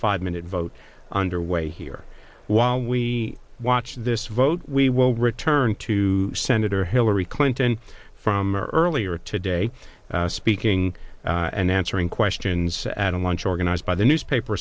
five minute vote underway here while we watch this vote we will return to senator hillary clinton from earlier today speaking and answering questions at a luncheon organized by the newspaper